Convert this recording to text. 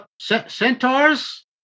Centaurs